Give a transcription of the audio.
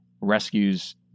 rescues